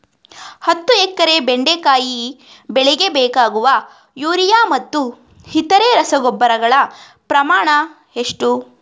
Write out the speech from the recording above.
ಹತ್ತು ಎಕರೆ ಬೆಂಡೆಕಾಯಿ ಬೆಳೆಗೆ ಬೇಕಾಗುವ ಯೂರಿಯಾ ಮತ್ತು ಇತರೆ ರಸಗೊಬ್ಬರಗಳ ಪ್ರಮಾಣ ಎಷ್ಟು?